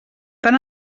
tan